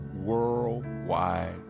Worldwide